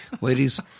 Ladies